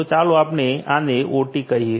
તો ચાલો આપણે આને OT કહીએ